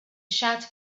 shouted